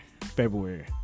February